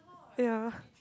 ya